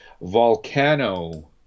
Volcano